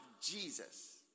Jesus